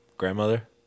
Grandmother